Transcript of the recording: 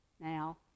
Now